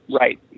right